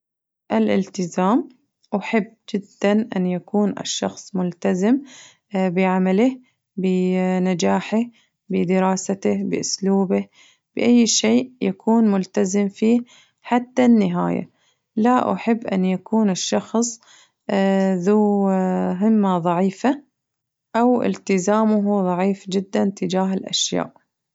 الاتزام، أحب جداً أن يكون الشخص ملتزم بعمله بنجاحه بدراسته بأسلوبه بأي شيء يكون ملتزم فيه حتى النهاية لا أحب أن يكون الشخص ذو همة ضعيفة أو التزامه ضعيف جداً تجاه الأشياء.